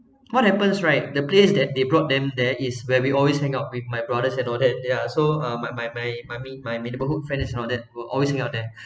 what happens right the place that they brought them there is where we always hang out with my brothers and all that yeah so ah my my my my mi~ my my middle hook friends and all that we're always hang out there